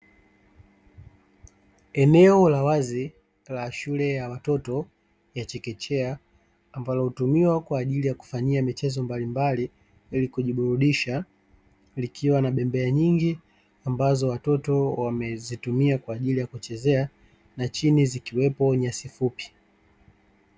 Eneo la wazi la shule ya watoto ya chekechea, ambalo hutumiwa kwa ajili ya kufanyia michezo mbalimbali, ili kujiburudisha likiwa na bembea nyingi ambazo watoto wamezitumia kwa ajili ya kuchezea na chini zikiwepo nyasi fupi.